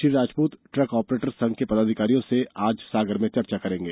Shri Rajput truck operators संघ के पदाधिकारियों से आज सागर में चर्चा करेंगे